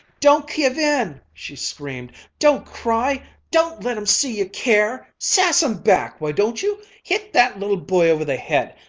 don't give in! she screamed. don't cry! don't let em see you care! sass em back, why don't you? hit that little boy over the head!